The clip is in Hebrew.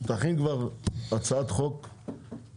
תכין כבר הצעת חוק פרטית.